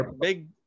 big